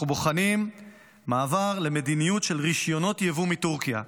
אנחנו בוחנים מעבר למדיניות של רישיונות יבוא מטורקיה.